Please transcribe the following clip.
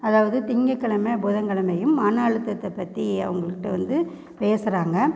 அதாவது திங்கக்கிழமை புதன்கிழமையும் மன அழுத்தத்தைப் பத்தி அவங்கக்கிட்ட வந்து பேசுகிறாங்க